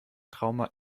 trauma